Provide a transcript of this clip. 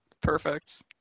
Perfect